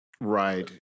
Right